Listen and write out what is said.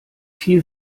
viel